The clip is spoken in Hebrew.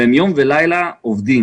והם יום ולילה עובדים.